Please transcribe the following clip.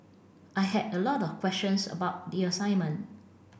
I had a lot of questions about the assignment